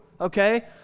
Okay